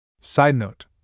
Sidenote